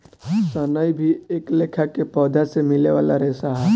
सनई भी एक लेखा के पौधा से मिले वाला रेशा ह